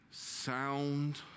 Sound